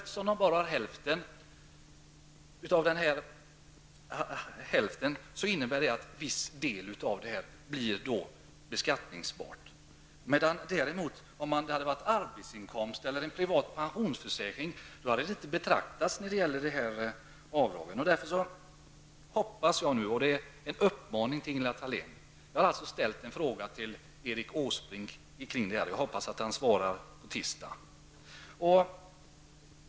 En del av detta tillskott blir därmed beskattningsbar inkomst. Om det däremot hade gällt en arbetsinkomst eller en privat pensionsförsäkring hade det inte blivit någon skatt. Jag har ställt en fråga till biträdande finansministern Erik Åsbrink kring detta, och jag hoppas att han svarar på tisdag.